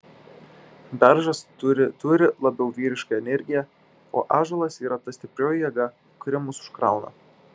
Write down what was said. beržas turi turi labiau vyrišką energiją o ąžuolas yra ta stiprioji jėga kuri mus užkrauna